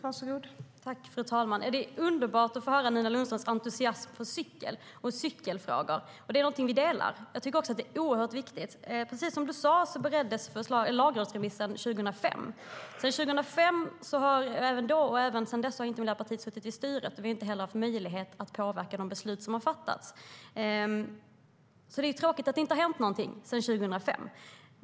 Fru talman! Det är underbart att höra Nina Lundströms entusiasm för cykel och cykelfrågor. Den delar vi; jag tycker också att det är oerhört viktigt. Precis som du sa, Nina Lundström, bereddes lagrådsremissen 2005. Sedan dess har inte Miljöpartiet styrt, och vi har heller inte haft möjlighet att påverka de beslut som har fattats. Det är tråkigt att det inte har hänt någonting sedan 2005.